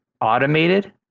automated